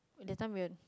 in that time we'll